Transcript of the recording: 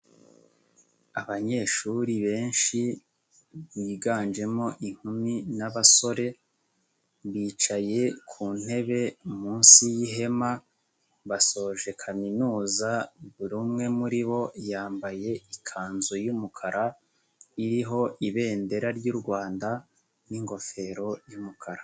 Abanyeshuri benshi biganjemo inkumi n'abasore bicaye ku ntebe munsi y'ihema basoje kaminuza, buri umwe muri bo yambaye ikanzu y'umukara iriho ibendera ry'u Rwanda n'ingofero y'umukara.